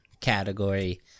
category